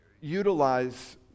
utilize